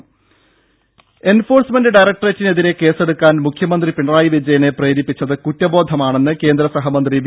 ദേദ എൻഫോഴ്സ്മെന്റ് ഡയറക്ട്രേറ്റിനെതിരെ കേസ്സെടുക്കാൻ മുഖ്യമന്ത്രി പിണറായി വിജയനെ പ്രേരിപ്പിച്ചത് കുറ്റബോധമാണെന്ന് കേന്ദ്ര സഹമന്ത്രി വി